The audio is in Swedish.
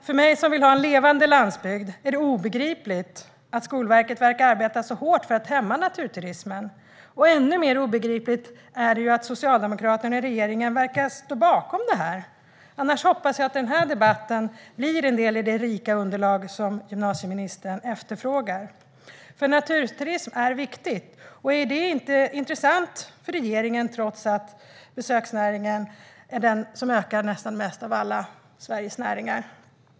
För mig som vill ha en levande landsbygd är det obegripligt att Skolverket verkar arbeta så hårt för att hämma naturturismen. Ännu mer obegripligt är det att socialdemokraterna i regeringen verkar stå bakom detta. Jag hoppas därför att denna debatt blir en del av det rika underlag som gymnasieministern efterfrågar. Naturturismen är viktig. Är den inte intressant för regeringen trots att besöksnäringen ökar nästan mest av alla Sveriges näringar?